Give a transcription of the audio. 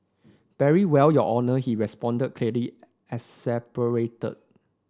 very well your honour he responded clearly exasperated